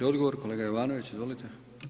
Odgovor kolega Jovanović, izvolite.